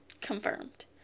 confirmed